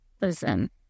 Listen